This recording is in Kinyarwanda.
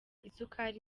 isukari